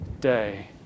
day